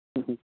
হুম হুম